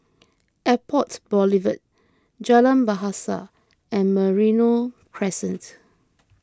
Airport Boulevard Jalan Bahasa and Merino Crescent